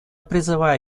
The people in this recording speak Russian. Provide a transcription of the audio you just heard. призываю